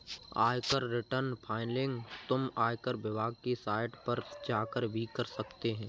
आयकर return filing तुम आयकर विभाग की साइट पर जाकर भी कर सकते हो